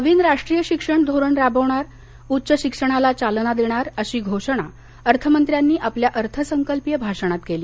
नवीन राष्ट्रीय शिक्षण धोरण राबवणार उच्च शिक्षणाला चालना देणार अशी घोषणा अर्थमंत्र्यांनी आपल्या अर्थसंकल्पीय भाषणात केली